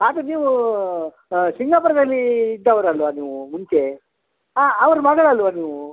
ಆದರೆ ನೀವು ಸಿಂಗಾಪುರ್ದಲ್ಲಿ ಇದ್ದವ್ರು ಅಲ್ಲವಾ ನೀವು ಮುಂಚೆ ಅವ್ರ ಮಗಳು ಅಲ್ಲವಾ ನೀವು